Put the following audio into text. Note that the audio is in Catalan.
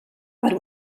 per